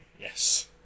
Yes